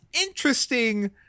interesting